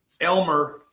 Elmer